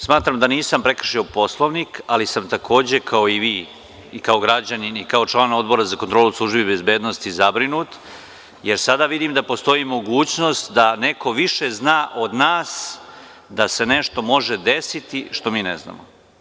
Smatram da nisam prekršio Poslovnik, ali sam, takođe, kao i vi, kao građanin, kao član Odbora za kontrolu službi bezbednosti, zabrinut, jer sada vidim da postoji mogućnost da neko više zna od nas da se nešto može desiti što mi ne znamo.